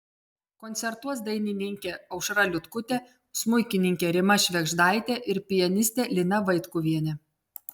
koncertuos dainininkė aušra liutkutė smuikininkė rima švėgždaitė ir pianistė lina vaitkuvienė